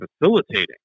facilitating